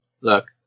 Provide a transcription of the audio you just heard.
look